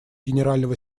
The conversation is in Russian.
генерального